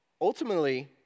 Ultimately